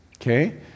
Okay